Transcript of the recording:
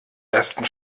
ersten